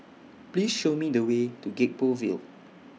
Please Show Me The Way to Gek Poh Ville